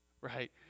right